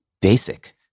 basic